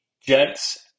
Jets